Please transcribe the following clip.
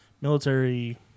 military